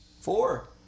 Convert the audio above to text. Four